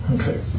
Okay